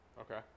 Okay